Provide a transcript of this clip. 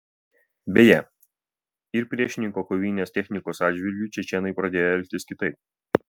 beje ir priešininko kovinės technikos atžvilgiu čečėnai pradėjo elgtis kitaip